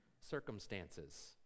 circumstances